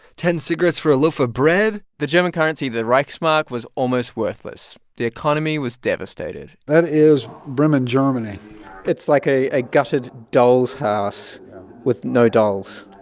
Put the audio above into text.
ten cigarettes for a loaf of bread the german currency, the reichsmark, was almost worthless. the economy was devastated that is bremen, germany it's like a a gutted doll's house with no dolls.